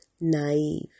naive